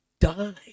die